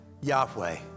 Yahweh